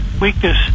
weakness